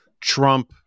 Trump